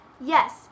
Yes